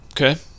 Okay